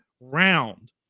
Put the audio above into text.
round